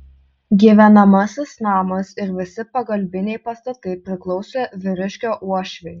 gyvenamasis namas ir visi pagalbiniai pastatai priklausė vyriškio uošvei